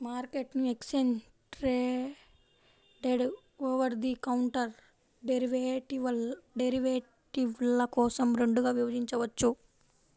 మార్కెట్ను exchange traded, over the counter డెరివేటివ్ల కోసం రెండుగా విభజించవచ్చు